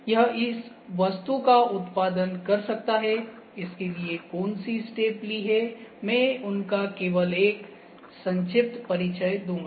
यह इस वस्तु का उत्पादन कर सकता है इसके लिए कोनसी स्टेप्स ली है मैं उनका केवल एक संक्षिप्त परिचय दूंगा